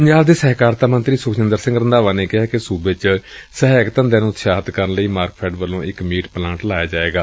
ਪੰਜਾਬ ਦੇ ਸਹਿਕਾਰਤਾ ਮੰਤਰੀ ਸੁਖਜਿੰਦਰ ਸਿੰਘ ਰੰਧਾਵਾ ਨੇ ਕਿਹੈ ਕਿ ਸੁਬੇ ਚ ਸਹਾਇਕ ਧੰਦਿਆਂ ਨੁੰ ਉਤਸ਼ਾਹਿਤ ਕਰਨ ਲਈ ਮਾਰਕਫੈਡ ਵੱਲੋਂ ਇਕ ਮੀਟ ਪਲਾਂਟ ਲਗਾਇਆ ਜਾਏਗਾ